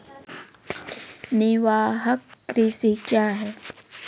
निवाहक कृषि क्या हैं?